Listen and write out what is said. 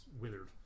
withered